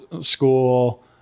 school